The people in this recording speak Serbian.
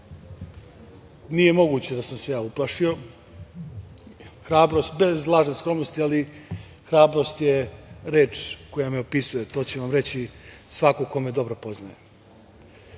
Nije moguće da sam se ja uplašio. Bez lažne skromnosti, ali hrabrost je reč koja me opisuje, to će vam reći svako ko me dobro poznaje. Bio